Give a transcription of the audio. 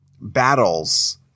battles